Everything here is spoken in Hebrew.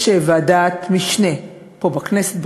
יש ועדת משנה פה בכנסת,